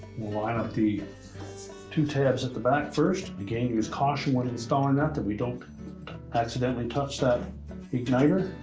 we'll line up the two tabs at the back firs. again, use caution when installing that, that we don't accidentally touch that igniter.